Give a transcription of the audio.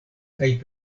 kaj